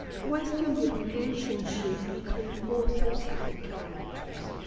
question the relationship between authors and characters.